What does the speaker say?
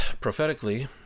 prophetically